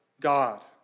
God